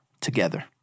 together